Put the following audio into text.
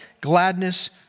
gladness